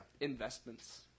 Investments